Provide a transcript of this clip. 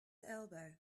elbow